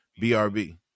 brb